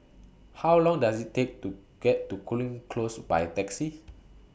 How Long Does IT Take to get to Cooling Close By Taxi